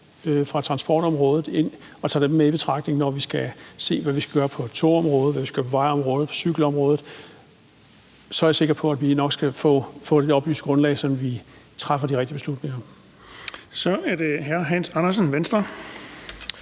fra transportområdet, og tager dem med i betragtning, når vi skal se på, hvad vi skal gøre på togområdet, hvad vi skal gøre på vejområdet, på cykelområdet. Så er jeg sikker på, at vi nok skal få et oplyst grundlag, så vi træffer de rigtige beslutninger. Kl. 20:45 Den fg.